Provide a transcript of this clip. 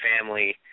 family